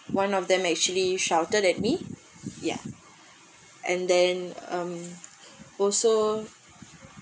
one of them actually shouted at me yeah and then um also